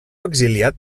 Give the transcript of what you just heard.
exiliat